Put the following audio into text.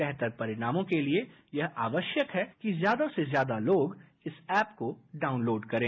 बेहतर परिणामों के लिए यह आवश्यक है कि ज्यादा से ज्यादा लोग इस ऐप को डाउनलोड करें